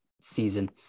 season